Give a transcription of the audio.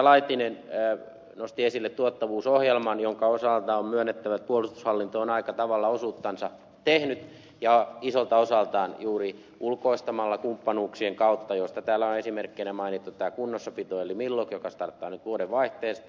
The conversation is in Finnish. laitinen nosti esille tuottavuusohjelman jonka osalta on myönnettävä että puolustushallinto on aika tavalla osuuttansa tehnyt ja isolta osaltaan juuri ulkoistamalla kumppanuuksien kautta mistä täällä on esimerkkeinä mainittu tämä kunnossapito eli millog joka starttaa nyt vuodenvaihteesta